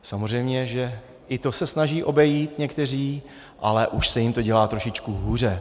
Samozřejmě že i to se snaží obejít někteří, ale už se jim to dělá trošičku hůře.